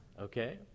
okay